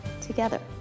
together